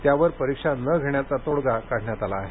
त्यावर परीक्षाच न घेण्याचा तोडगा काढण्यात आला आहे